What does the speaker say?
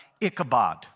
Ichabod